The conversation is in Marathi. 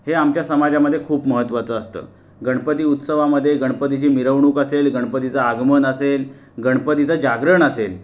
हे आमच्या समाजामध्ये खूप महत्त्वाचं असतं गणपती उत्सवामध्ये गणपतीची मिरवणूक असेल गणपतीचं आगमन असेल गणपतीचं जागरण असेल